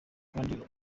kandi